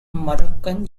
moroccan